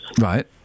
Right